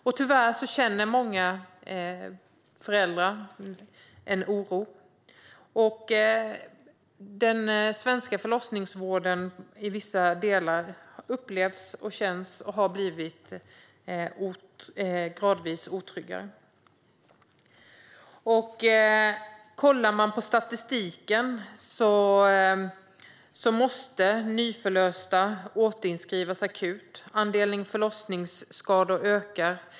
Tyvärr känner många föräldrar en oro. Den svenska förlossningsvården upplevs i vissa delar som att den gradvis har blivit otryggare. Man kan kolla på statistiken. Nyförlösta måste återinskrivas akut. Andelen förlossningsskador ökar.